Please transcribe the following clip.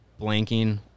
blanking